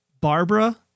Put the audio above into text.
Barbara